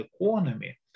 economy